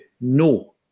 No